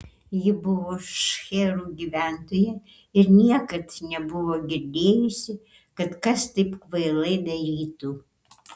ji buvo šcherų gyventoja ir niekad nebuvo girdėjusi kad kas taip kvailai darytų